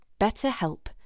BetterHelp